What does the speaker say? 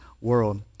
world